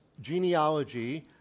genealogy